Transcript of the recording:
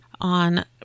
on